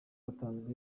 watanze